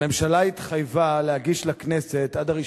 הממשלה התחייבה להגיש לכנסת עד 1